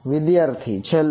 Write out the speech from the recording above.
વિદ્યાર્થી છેલ્લું